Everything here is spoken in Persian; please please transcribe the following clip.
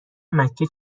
مکه